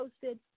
posted